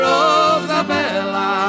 Rosabella